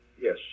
yes